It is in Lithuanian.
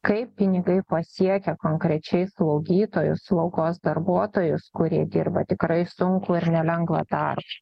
kaip pinigai pasiekia konkrečiai slaugytojus slaugos darbuotojus kurie dirba tikrai sunkų ir nelengvą darbą